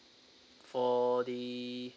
for the